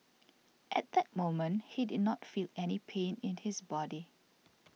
at that moment he did not feel any pain in his body